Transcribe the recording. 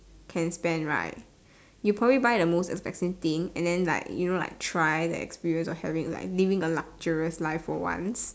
can spend right you'll probably buy the most expensive thing and then like you know like try the experience of living the luxurious life for once